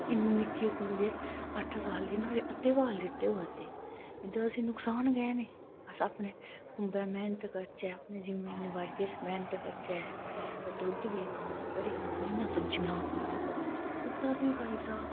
इन्नी निक्की कुड़ी ऐ अट्ठ साल दी न्हाड़े अद्धे बाल चिट्टे होआ दे एह्दा असैं गी नुक्सान गै नी अस अपने खुम्बै मैह्नत करचै दुद्ध बी खाना कन्नै खुल्लिआं सब्जियां खान ओह्दा असैं गी फायदा